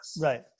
right